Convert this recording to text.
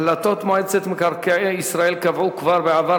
החלטות מועצת מקרקעי ישראל קבעו כבר בעבר